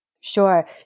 Sure